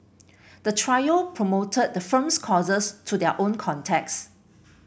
the trio promoted the firm's courses to their own contacts